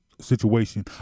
situation